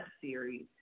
series